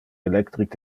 electric